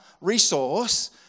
resource